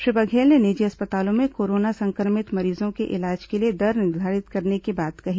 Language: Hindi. श्री बघेल ने निजी अस्पतालों में कोरोना संक्रमित मरीजों के इलाज के लिए दर निर्धारित करने की बात कही